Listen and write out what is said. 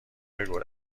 بگو